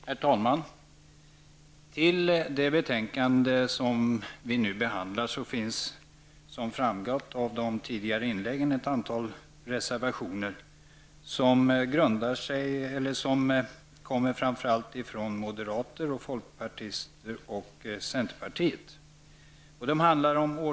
Herr talman! Till det betänkande som vi nu behandlar har, som framgått av de tidigare inläggen, fogats ett antal reservationer av framför allt moderater, folkpartister och centerpartister.